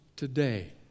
today